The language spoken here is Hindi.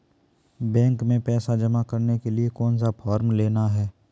बैंक में पैसा जमा करने के लिए कौन सा फॉर्म लेना है?